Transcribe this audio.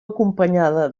acompanyada